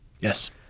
Yes